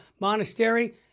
monastery